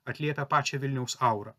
atliepia pačią vilniaus aurą